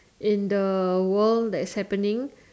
in the world that's happening